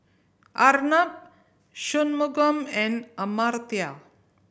Arnab Shunmugam and Amartya